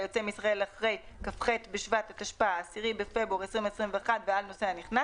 היוצא מישראל אחרי כ"ח בשבט התשפ"א (10 בפברואר 2021) ועל נוסע נכנס"